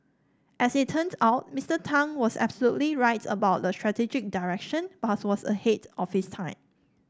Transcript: as it turned out Mister Tang was absolutely right about the strategic direction but was ahead of his time